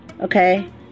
Okay